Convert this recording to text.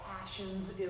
passions